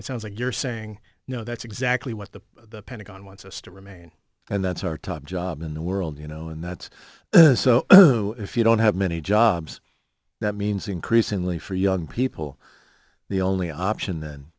it sounds like you're saying you know that's exactly what the pentagon wants us to remain and that's our top job in the world you know and that's so if you don't have many jobs that means increasingly for young people the only option then